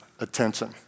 attention